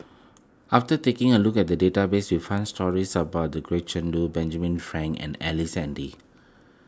after taking a look at the database we found stories about the Gretchen Lu Benjamin Frank and Ellice Handy